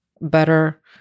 better